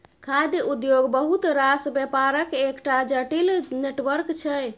खाद्य उद्योग बहुत रास बेपारक एकटा जटिल नेटवर्क छै